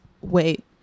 wait